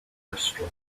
restaurant